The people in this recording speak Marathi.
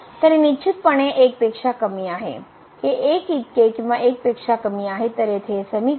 तर हे निश्चित पणे 1 पेक्षा कमी आहे हे 1 इतके किंवा 1 पेक्षा कमी आहे